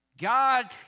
God